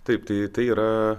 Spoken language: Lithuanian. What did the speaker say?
taip tai yra